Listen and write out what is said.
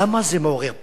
למה זה מעורר פחד?